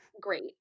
great